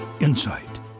insight